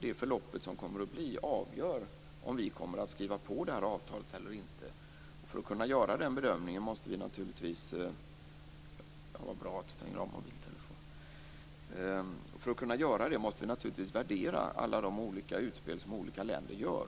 det förloppet avgör om vi kommer att skriva på avtalet eller inte. För att kunna göra den bedömningen måste vi naturligtvis värdera alla de utspel som olika länder gör.